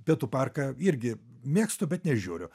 pietų parką irgi mėgstu bet nežiūriu